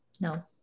No